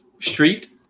street